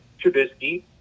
Trubisky